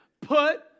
Put